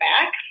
back